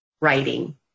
writing